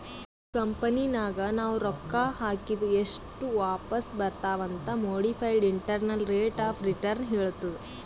ಕಂಪನಿನಾಗ್ ನಾವ್ ರೊಕ್ಕಾ ಹಾಕಿದ್ ಎಸ್ಟ್ ವಾಪಿಸ್ ಬರ್ತಾವ್ ಅಂತ್ modified internal rate of return ಹೇಳ್ತುದ್